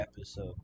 episode